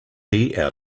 out